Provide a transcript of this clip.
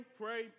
pray